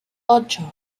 ocho